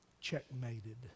checkmated